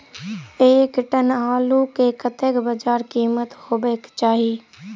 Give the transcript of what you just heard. एक टन आलु केँ कतेक बजार कीमत हेबाक चाहि?